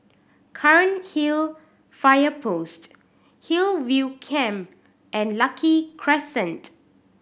Cairnhill Fire Post Hillview Camp and Lucky Crescent